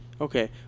Okay